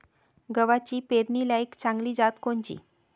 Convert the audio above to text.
गव्हाची पेरनीलायक चांगली जात कोनची?